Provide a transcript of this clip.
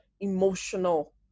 emotional